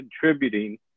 contributing